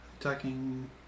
Attacking